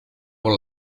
por